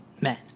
men